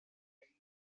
date